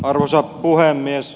arvoisa puhemies